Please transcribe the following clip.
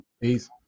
Peace